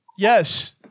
Yes